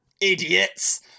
Idiots